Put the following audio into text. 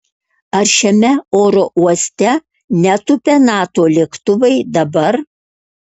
ar šiame oro uoste netūpia nato lėktuvai dabar